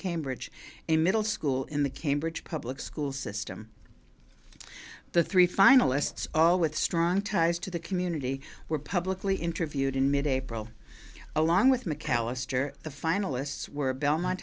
cambridge a middle school in the cambridge public school system the three finalists all with strong ties to the community were publicly interviewed in mid april along with mcallister the finalists were belmont